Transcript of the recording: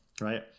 right